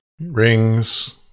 rings